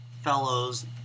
fellows